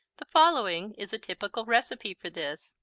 the following is a typical recipe for this,